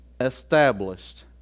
established